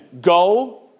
go